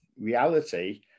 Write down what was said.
reality